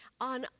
on